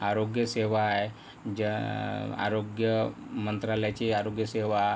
आरोग्य सेवा आहे ज्या आरोग्य मंत्रालयाची आरोग्य सेवा